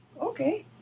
Okay